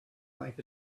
think